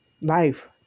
life